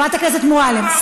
חבר הכנסת גילאון.